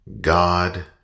God